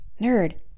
Nerd